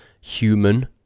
human